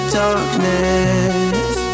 darkness